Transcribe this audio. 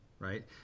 right